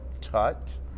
tut